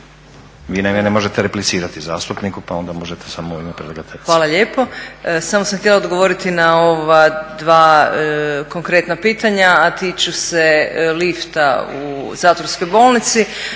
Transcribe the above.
Vi naime ne možete replicirati zastupniku pa onda možete samo u ime predlagateljice. **Artuković Kunšt, Sandra** Hvala lijepo. Samo sam htjela odgovoriti na ova dva konkretna pitanja a tiču se lifta u zatvorskoj bolnici.